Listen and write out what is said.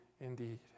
indeed